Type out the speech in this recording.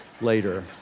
later